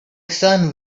son